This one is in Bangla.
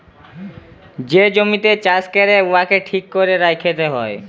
যে জমিতে চাষ ক্যরে উয়াকে ঠিক ক্যরে রাইখতে হ্যয়